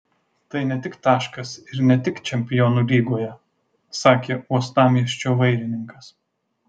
tai ne tik taškas ir ne tik čempionų lygoje sakė uostamiesčio vairininkas